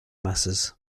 masses